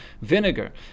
vinegar